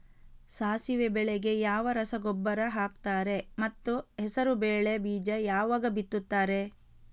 ಸಾಸಿವೆ ಬೆಳೆಗೆ ಯಾವ ರಸಗೊಬ್ಬರ ಹಾಕ್ತಾರೆ ಮತ್ತು ಹೆಸರುಬೇಳೆ ಬೀಜ ಯಾವಾಗ ಬಿತ್ತುತ್ತಾರೆ?